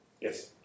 Yes